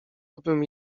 abym